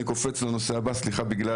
מקוצר הזמן אני עובר לנושא הבא, והוא